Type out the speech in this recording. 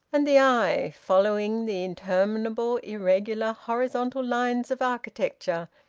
and the eye, following the interminable irregular horizontal lines of architecture,